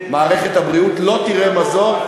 מערכת הבריאות לא תראה מזור,